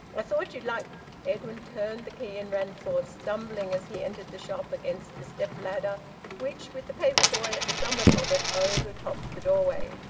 i thought you'd like edwin turned the key, and ran forth, stumbling, as he entered the shop, against the step-ladder which, with the paper-boy at the summit of it, overtopped the doorway.